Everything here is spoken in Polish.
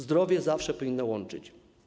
Zdrowie zawsze powinno łączyć.